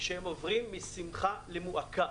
שעוברים משמחה למועקה,